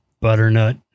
Butternut